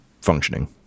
functioning